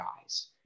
guys